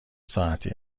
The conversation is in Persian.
ساعتی